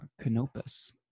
Canopus